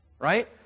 Right